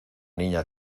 niña